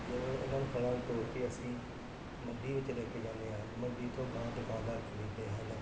ਜਿਵੇਂ ਉਹਨਾਂ ਨੂੰ ਫ਼ਲਾਂ ਨੂੰ ਤੋੜ ਕੇ ਅਸੀਂ ਮੰਡੀ ਵਿੱਚ ਲੈ ਕੇ ਜਾਦੇ ਹਾਂ ਮੰਡੀ ਤੋਂ ਬਾਅਦ ਦੁਕਾਨਦਾਰ ਖਰੀਦਦੇ ਹਨ